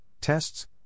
tests